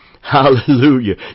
Hallelujah